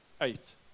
eight